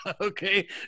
Okay